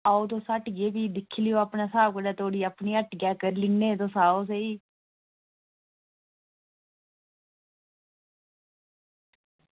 आओ तुस हट्टियै ई भी तुस अपने स्हाब कन्नै थुआढ़ी अपनी हट्टिया करी लैने आं तुस आओ ते सेही